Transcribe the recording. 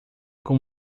com